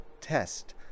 test